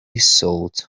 salt